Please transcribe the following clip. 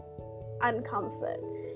uncomfort